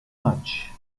matchs